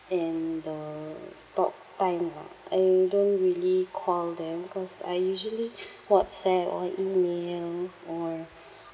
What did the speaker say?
and the talk time ah I don't really call them cause I usually whatsapp or email or